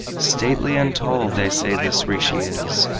stately and tall they say this rishi is,